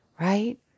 Right